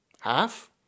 Half